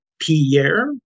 pierre